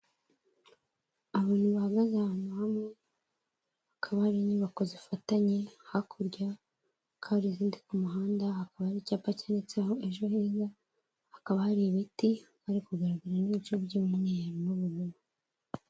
Abantu baganaze ahantu hamwe, hakaba hari inyubako zifatanye, hakurya hakaba hari izindi ku muhanda, hakaba n' icyapa cyanditseho Ejo heza, hakaba hari ibiti hari kugaragaramo n'ibice by'umweru n'ubururu.